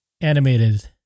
Animated